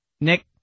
Nick